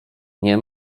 nie